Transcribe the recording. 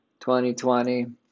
2020